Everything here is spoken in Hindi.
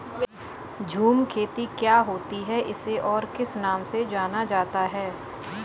झूम खेती क्या होती है इसे और किस नाम से जाना जाता है?